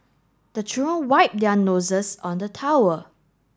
the children wipe their noses on the towel